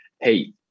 hey